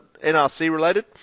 NRC-related